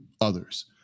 others